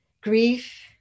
grief